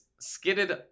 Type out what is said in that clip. skidded